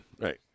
Right